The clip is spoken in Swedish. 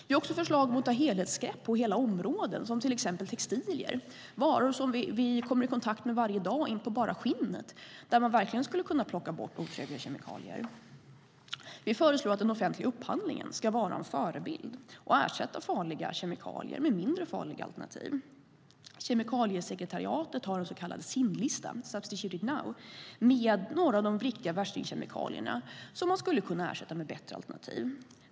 Vi har också förslag på att ta helhetsgrepp över hela områden, som exempelvis textilier, varor som vi varje dag kommer i kontakt med inpå bara skinnet, där man verkligen skulle kunna plocka bort otrevliga kemikalier. Vi föreslår att den offentliga upphandlingen ska vara en förebild och ersätta farliga kemikalier med mindre farliga alternativ. Kemikaliesekretariatet har en så kallad SIN-lista - Substitute it now! - med några av de riktiga värstingkemikalierna som man skulle kunna ersätta med bättre alternativ.